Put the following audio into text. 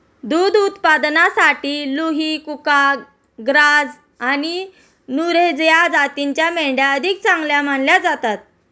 दुध उत्पादनासाठी लुही, कुका, ग्राझ आणि नुरेझ या जातींच्या मेंढ्या अधिक चांगल्या मानल्या जातात